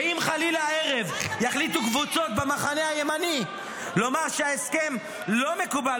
אם חלילה הערב יחליטו קבוצות במחנה הימני לומר שההסכם לא מקובל,